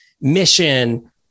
mission